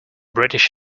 british